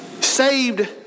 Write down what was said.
Saved